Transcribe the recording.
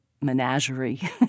menagerie